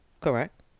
correct